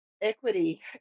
equity